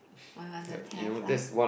my one don't have lah